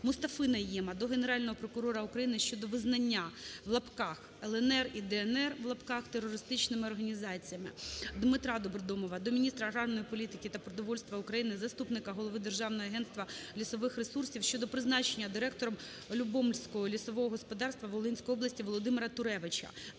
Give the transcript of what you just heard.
Мустафи-МасіНайєма до Генерального прокурора України щодо визнання "ЛНР" і "ДНР" терористичними організаціями. ДмитраДобродомова до міністра аграрної політики та продовольства України, заступника голови Державного агентства лісових ресурсів щодо призначення директором Любомльського лісового господарства Волинської області Володимира Туревича.